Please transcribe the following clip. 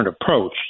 approach